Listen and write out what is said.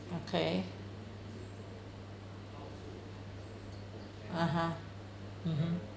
okay (uh huh) mmhmm